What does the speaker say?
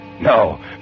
No